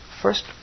first